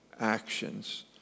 actions